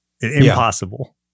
impossible